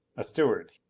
a steward.